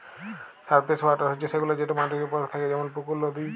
surface water হছে সেগুলা যেট মাটির উপরে থ্যাকে যেমল পুকুর, লদী